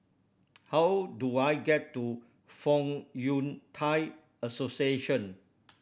how do I get to Fong Yun Thai Association